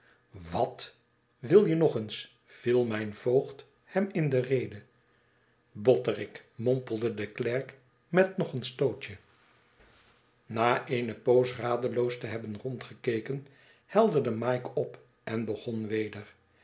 wat wil je nog eens viel mijn voogd hem in de rede botterik mompelde de klerk met nog een stootje na eene poos radeloos te hebben rondgekeken helderde mike op en begon weder